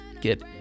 get